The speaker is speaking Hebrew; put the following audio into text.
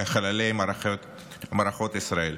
כחללי מערכות ישראל,